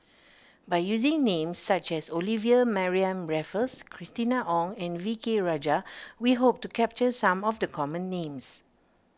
by using names such as Olivia Mariamne Raffles Christina Ong and V K Rajah we hope to capture some of the common names